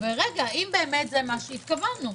האם זה מה שהתכוונו?